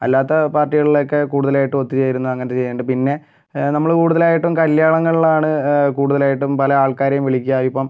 അല്ലാത്ത പാർട്ടികളിലൊക്കെ കൂടുതലായിട്ടും ഒത്തുചേരുന്നു അങ്ങനെ ചെയ്യുന്നുണ്ട് പിന്നെ നമ്മള് കൂടുതലായിട്ടും കല്യാണങ്ങളിലാണ് കൂടുതലായിട്ടും പല ആൾക്കാരേയും വിളിക്കുക ഇപ്പം